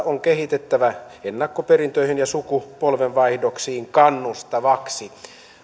on kehitettävä ennakkoperintöihin ja sukupolvenvaihdoksiin kannustavaksi